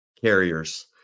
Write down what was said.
carriers